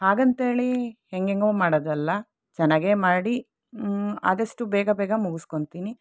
ಹಾಗಂಥೇಳಿ ಹೇಗೇಗೋ ಮಾಡೋದಲ್ಲ ಚೆನ್ನಾಗೇ ಮಾಡಿ ಆದಷ್ಟು ಬೇಗ ಬೇಗ ಮುಗಿಸ್ಕೋತ್ತೀನಿ